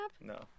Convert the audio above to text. No